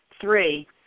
Three